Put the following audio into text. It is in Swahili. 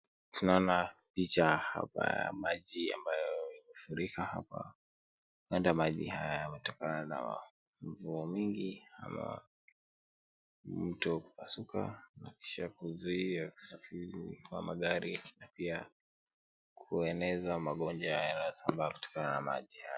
Tunaona picha hapa ya maji ambayo yamefurika hapa. Labda maji haya yametokana na mvua mingi ama mto kupasuka na kisha kuzuia usafiri wa magari, na pia kueneza magonjwa yanayosambaa kutokana na maji haya.